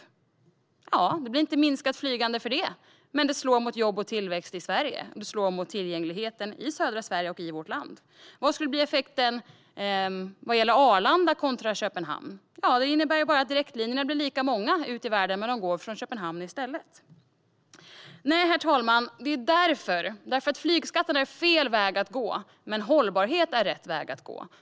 Flygandet minskar inte, men det slår mot jobb och tillväxt i Sverige och mot tillgängligheten i södra Sverige och i vårt land. Vad skulle effekten bli vad gäller Arlanda kontra Köpenhamn? Direktlinjerna ut i världen blir lika många, men de går från Köpenhamn i stället. Nej, herr talman, flygskatten är fel väg att gå, men hållbarhet är rätt väg att gå.